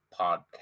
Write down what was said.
podcast